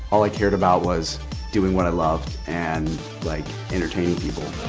all i cared about was doing what i loved and like entertaining people.